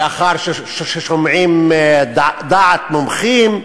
לאחר ששומעים דעת מומחים,